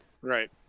right